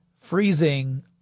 freezing